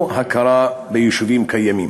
או הכרה ביישובים קיימים,